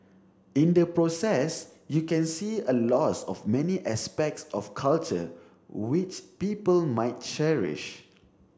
in the process you can see a loss of many aspects of culture which people might cherish